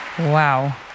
Wow